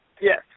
Yes